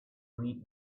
read